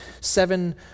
seven